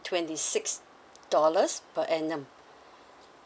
twenty six dollars per annum